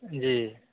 जी